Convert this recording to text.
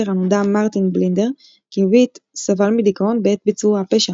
הנודע מרטין בלינדר כי וויט סבל מדיכאון בעת ביצוע הפשע,